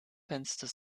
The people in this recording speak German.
fenster